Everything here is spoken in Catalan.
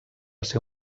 ser